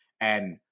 and-